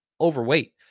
overweight